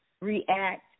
react